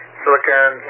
silicon